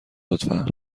لطفا